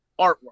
artwork